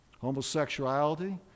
homosexuality